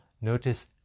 notice